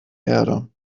erde